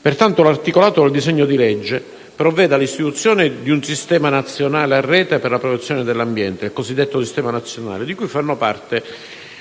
Pertanto, l'articolato del disegno di legge provvede all'istituzione di un Sistema nazionale a rete per la protezione dell'ambiente (il cosiddetto Sistema nazionale), di cui fanno parte